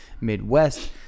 Midwest